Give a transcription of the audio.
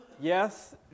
Yes